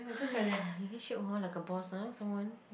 your handshake hor like a boss ah someone